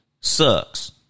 sucks